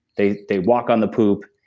they they walk on the poop,